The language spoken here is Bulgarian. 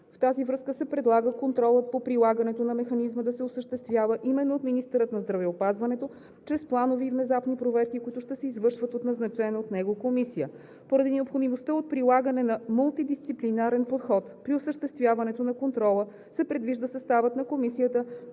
В тази връзка се предлага контролът по прилагането на механизма да се осъществява имено от министъра на здравеопазването чрез планови и внезапни проверки, които ще се извършват от назначена от него комисия. Поради необходимостта от прилагане на мултидисциплинарен подход при осъществяването на контрола се предвижда съставът на комисията